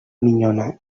minyona